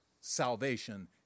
salvation